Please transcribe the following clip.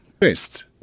First